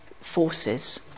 forces